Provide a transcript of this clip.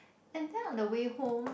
and then on the way home